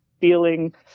feeling